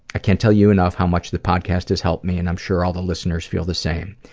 i can't tell you enough how much the podcast has helped me and i'm sure all the listeners feel the same.